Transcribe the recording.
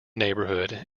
neighborhood